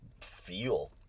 feel